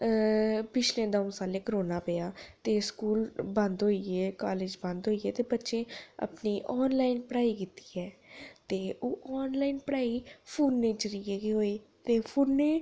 अ पिछले द'ऊं सालें करोना पेआ ते स्कूल बंद होई गे कालेज बंद होई गे ते बच्चें अपनी आनलाइन पढ़ाई कीती ऐ ते ओह् आनलाइन पढ़ाई फोनै जरिये गै होई ते फोनै